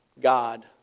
God